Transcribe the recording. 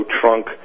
trunk